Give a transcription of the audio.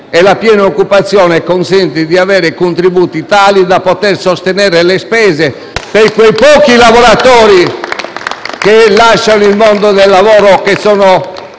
c'è piena occupazione, che consente di avere contributi tali da poter sostenere le spese per quei pochi lavoratori che lasciano il mondo del lavoro o che sono